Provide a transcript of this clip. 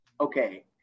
okay